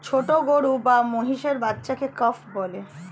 ছোট গরু বা মহিষের বাচ্চাকে কাফ বলে